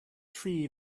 tri